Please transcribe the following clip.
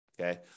okay